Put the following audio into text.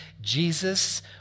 Jesus